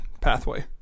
pathway